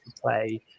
play